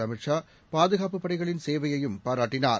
Amit Shah பாதுகாப்புபடைகளின்சேவையையும்பாராட்டினார்